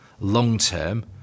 long-term